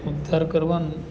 ઉદ્ધાર કરવાનું